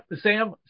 Sam